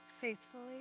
faithfully